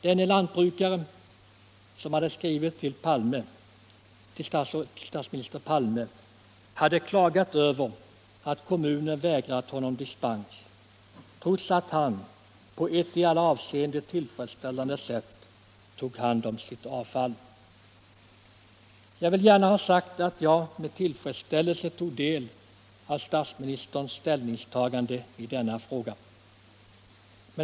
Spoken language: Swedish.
Denne lantbrukare hade skrivit till statsministern och klagat över att kommunen vägrat honom dispens trots att han på ett i alla avseenden tillfredsställande sätt tagit hand om sitt hushållsavfall. Jag vill gärna ha sagt att jag med tillfredsställelse tog del av statsministerns ställningstagande i denna fråga.